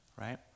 right